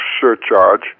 surcharge